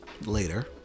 later